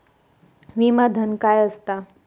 विमा धन काय असता?